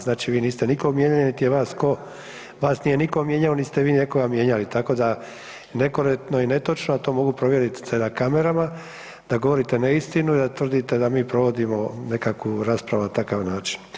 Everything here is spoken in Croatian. Znači vi niste nikog mijenjali niti je vas ko, vas nije niko mijenjao, nit ste vi nekoga mijenjali, tako da nekorektno i netočno, a to mogu provjeriti se na kamerama da govorite neistinu i da tvrdite da mi provodimo nekakvu raspravu na takav način.